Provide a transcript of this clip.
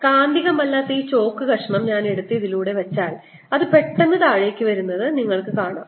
കാന്തികമല്ലാത്ത ഈ ചോക്ക് കഷണം ഞാൻ എടുത്ത് ഇതിലൂടെ വെച്ചാൽ അത് പെട്ടെന്ന് താഴേക്ക് വരുന്നത് നിങ്ങൾക്ക് കാണാം